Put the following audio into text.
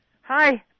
Hi